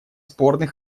спорный